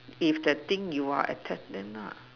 if that thing you are attack them lah